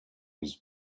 his